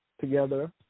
together